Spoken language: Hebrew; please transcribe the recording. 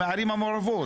מהערים המעורבות,